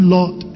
Lord